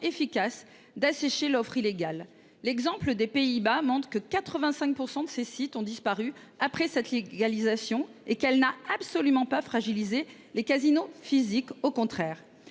efficace d’assécher l’offre illégale. L’exemple des Pays Bas montre que 85 % de ces sites ont disparu après cette légalisation et que celle ci n’a absolument pas fragilisé les casinos physiques, bien au contraire.